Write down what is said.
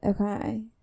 Okay